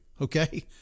Okay